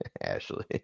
Ashley